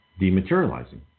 dematerializing